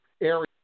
area